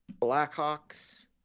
Blackhawks